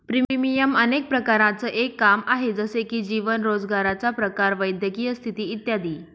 premium अनेक प्रकारांचं एक काम आहे, जसे की जीवन, रोजगाराचा प्रकार, वैद्यकीय स्थिती इत्यादी